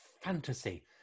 fantasy